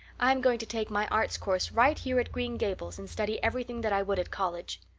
i'm going to take my arts course right here at green gables, and study everything that i would at college.